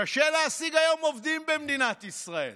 קשה להשיג היום עובדים במדינת ישראל